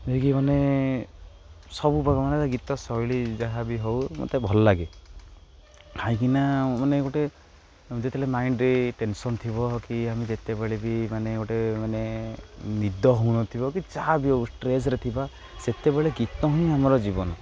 ଯାହାକି ମାନେ ସବୁ ପ୍ରକାର ମାନେ ଗୀତ ଶୈଳୀ ଯାହାବି ହଉ ମୋତେ ଭଲଲାଗେ କାଇଁକିନା ମାନେ ଗୋଟେ ଯେତେବେଳେ ମାଇଣ୍ଡରେ ଟେନସନ୍ ଥିବ କି ଆମେ ଯେତେବେଳେ ବି ମାନେ ଗୋଟେ ମାନେ ନିଦ ହଉନଥିବ କି ଯାହା ବି ହଉ ଷ୍ଟ୍ରେସ୍ରେ ଥିବା ସେତେବେଳେ ଗୀତ ହିଁ ଆମର ଜୀବନ